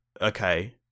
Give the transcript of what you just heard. okay